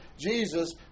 Jesus